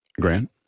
Grant